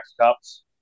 cups